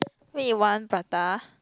wait you want prata